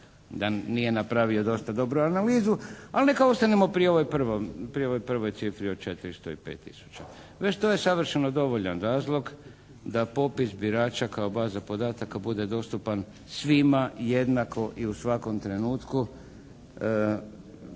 da nije napravio dosta dobru analizu. Ali neka ostanemo pri ovoj prvoj cifri od 405 tisuća. Već to je savršeno dovoljan razlog da popis birača kao baza podataka bude dostupan svima jednako i u svakom trenutku